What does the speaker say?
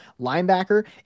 linebacker